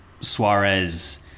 Suarez